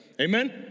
Amen